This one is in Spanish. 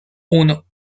uno